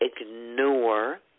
ignore